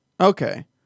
Okay